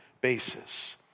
basis